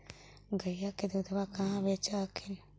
गईया के दूधबा कहा बेच हखिन?